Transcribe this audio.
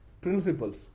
principles